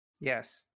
Yes